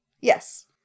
Yes